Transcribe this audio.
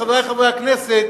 חברי חברי הכנסת,